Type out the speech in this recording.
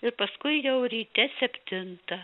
ir paskui jau ryte septintą